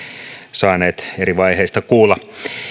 saaneet eri vaiheista kuulla